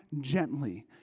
gently